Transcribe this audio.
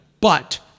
But-